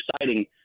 exciting